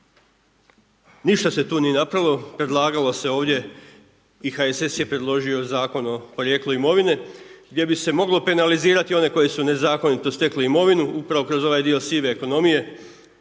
Ništa se tu nije napravilo, predlagalo se ovdje i HSS je predložio zakon o porijeklu imovine gdje bi se moglo penalizirati one koji su nezakonito stekli imovinu upravo kroz ovaj dio sive ekonomije,